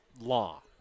Law